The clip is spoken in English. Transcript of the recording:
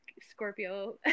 Scorpio